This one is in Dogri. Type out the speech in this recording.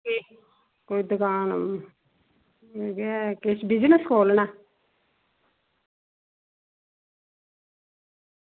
कोई दकान इयै किश बिज़नेस खोलना